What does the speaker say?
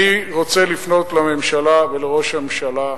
אני רוצה לפנות לממשלה ולראש הממשלה: